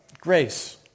grace